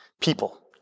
people